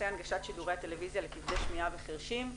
הנגשת שידורי הטלויזיה לכבדי שמיעה וחרשים.